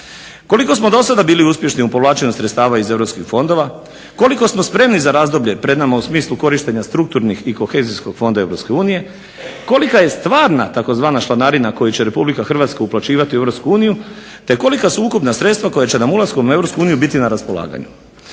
Koliko smo dosada bili uspješni u povlačenju sredstava iz europskih fondova? Koliko smo spremni za razdoblje pred nama u smislu korištenja strukturnih i kohezijskog fonda EU? Kolika je stvarna tzv. članarina koju će RH uplaćivati u EU te kolika su ukupna sredstva koja će nam ulaskom u EU biti na raspolaganju?